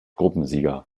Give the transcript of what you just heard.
gruppensieger